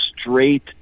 straight